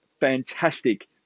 fantastic